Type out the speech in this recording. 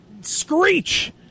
Screech